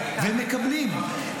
והם מקבלים,